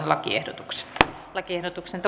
lakiehdotuksesta lakiehdotuksesta